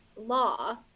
law